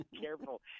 careful